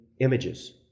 images